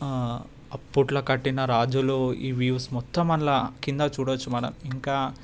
అప్పుట్లో కట్టిన రాజులు ఈ వ్యూస్ మొత్తం అందులో కింద చూడొచ్చు మనం ఇంకా